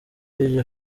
iryo